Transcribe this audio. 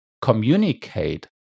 communicate